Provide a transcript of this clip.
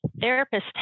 therapist